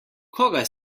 koga